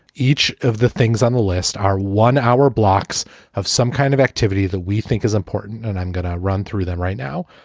each of the things on the list are one hour blocks of some kind of activity that we think is important. and i'm going to run through them right now.